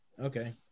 Okay